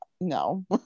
no